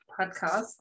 podcast